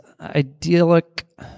idyllic